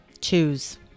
Choose